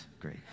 Great